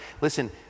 Listen